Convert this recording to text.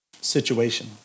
situation